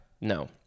No